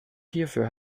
hierfür